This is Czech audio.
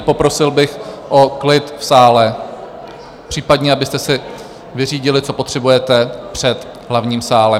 Poprosil bych o klid v sále, případně abyste si vyřídili, co potřebujete, před hlavním sálem.